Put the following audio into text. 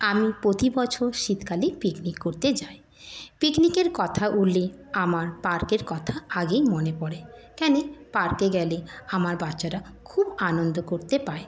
আমি প্রতি বছর শীতকালে পিকনিক করতে যাই পিকনিকের কথা উঠলে আমার পার্কের কথা আগেই মনে পড়ে কেন পার্কে গেলে আমার বাচ্চারা খুব আনন্দ করতে পায়